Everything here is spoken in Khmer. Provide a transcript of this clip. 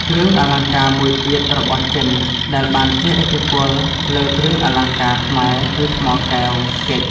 គ្រឿងអលង្ការមួយទៀតរបស់ចិនដែលបានជះឥទ្ធិពលលើគ្រឿងអលង្ការខ្មែរគឺថ្មកែវ (ហ្គិច)។